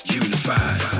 unified